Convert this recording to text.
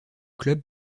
club